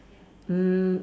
mm